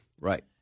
Right